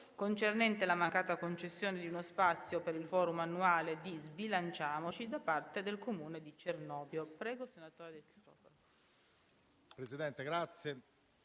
finestra") sulla mancata concessione di uno spazio per il *forum* annuale di Sbilanciamoci da parte del Comune di Cernobbio,